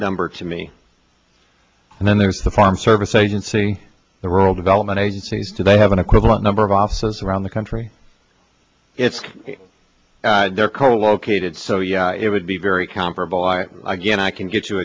number to me and then there's the farm service agency the rural development agencies today have an equivalent number of offices around the country it's their core located so yeah it would be very comparable i again i can get